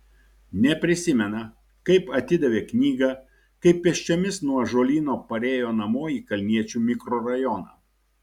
neprisimena kaip atidavė knygą kaip pėsčiomis nuo ąžuolyno parėjo namo į kalniečių mikrorajoną